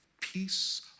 peace